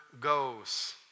goes